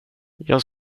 jag